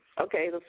Okay